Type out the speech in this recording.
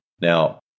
Now